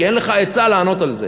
כי אין לך היצע לענות על זה.